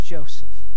Joseph